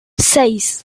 seis